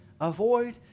Avoid